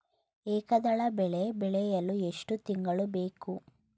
ಏಕದಳ ಬೆಳೆ ಬೆಳೆಯಲು ಎಷ್ಟು ತಿಂಗಳು ಬೇಕು?